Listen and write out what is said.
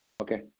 Okay